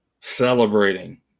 celebrating